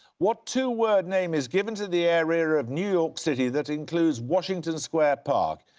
what two-word name is given to the area of new york city that includes washington square park?